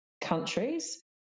countries